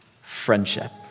friendship